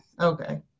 okay